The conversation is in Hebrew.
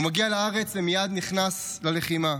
הוא מגיע לארץ ומייד נכנס ללחימה.